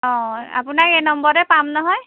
অঁ আপোনাৰ এই নম্বৰতে পাম নহয়